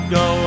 go